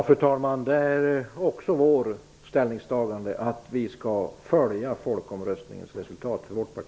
Fru talman! Det är också vårt partis ställningstagande att vi skall följa folkomröstningens resultat.